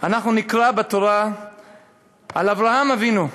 אנחנו נקרא בתורה על אברהם אבינו,